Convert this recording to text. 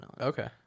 Okay